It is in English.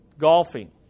golfing